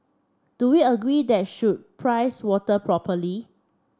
do we agree that should price water properly